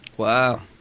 Wow